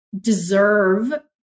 deserve